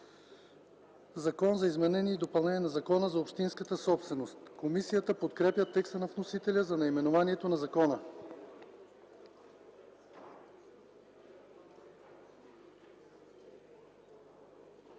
„Закон за изменение и допълнение на Закона за общинската собственост” Комисията подкрепя текста на вносителя за наименованието на закона.